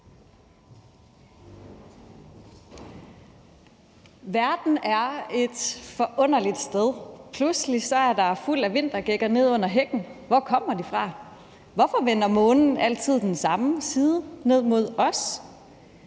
Verden er et forunderligt sted. Pludselig er der fuldt af vintergækker neden under hækken. Hvor kommer de fra? Hvorfor vender Månen altid den samme side ned mod os?